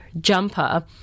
jumper